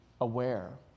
aware